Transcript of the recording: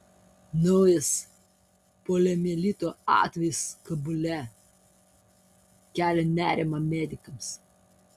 naujas poliomielito atvejis kabule kelia nerimą medikams